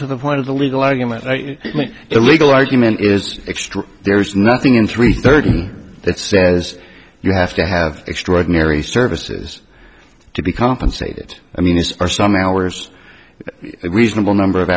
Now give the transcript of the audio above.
to the point of the legal argument the legal argument is extra there's nothing in three thirty that says you have to have extraordinary services to be compensated i mean these are some hours reasonable number of